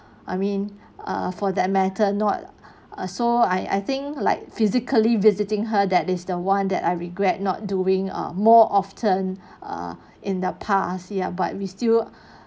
I mean uh for that matter not uh so I I think like physically visiting her that is the one that I regret not doing ah more often err in the past ya but we still